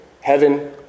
heaven